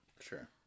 Sure